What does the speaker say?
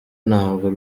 ntabwo